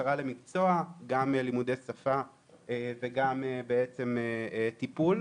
למקצוע, גם לימודי שפה וגם טיפול.